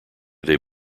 they